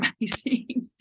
amazing